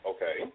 Okay